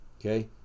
Okay